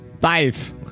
Five